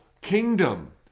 kingdom